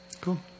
Cool